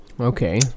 Okay